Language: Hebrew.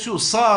יש איזשהו שר,